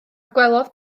gwelodd